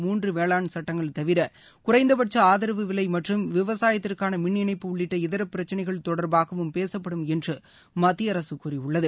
மூன்று வேளாண் சட்டங்கள் தவிர குறைந்தபட்ச ஆதரவு விலை மற்றும் விவசாயத்திற்கான மின்இணைப்பு உள்ளிட்ட இதர பிரச்சினைகள் தொடர்பாகவும் பேசப்படும் என்று மத்திய அரசு கூறியுள்ளது